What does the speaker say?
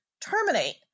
terminate